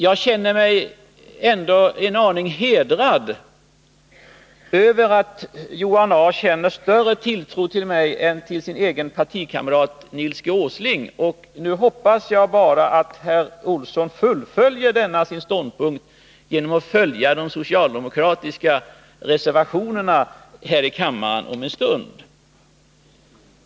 Jag känner mig ändå en aning hedrad av att Johan A. Olsson hyser större tilltro till mig än till sin egen partikamrat Nils G. Åsling. Nu hoppas jag bara att herr Olsson håller fast vid sin ståndpunkt genom att om en stund här i kammaren rösta på de socialdemokratiska reservationerna.